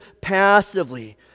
passively